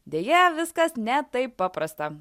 deja viskas ne taip paprasta